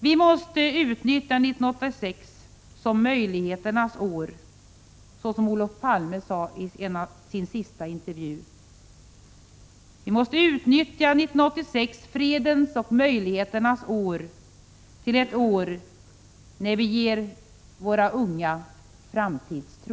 Vi måste utnyttja 1986 som möjligheternas år, så som Olof Palme sade i sin sista intervju. Vi måste utnyttja 1986, fredens och möjligheternas år, till ett år när vi ger våra unga framtidstro.